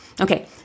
Okay